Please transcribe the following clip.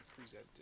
presented